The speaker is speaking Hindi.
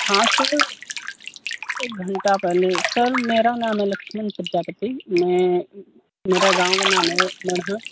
हाँ सर एक घन्टा पहले सर मेरा नाम है लक्ष्मण प्रजापति मैं मेरा गाँव का नाम है मडहा